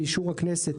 באישור הכנסת,